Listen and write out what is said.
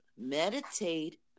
meditate